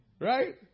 Right